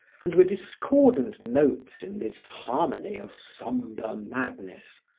and were discordant notes in this harmony of sombre madness,